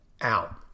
out